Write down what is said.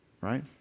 Right